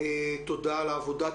תודה על העבודה.